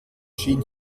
schien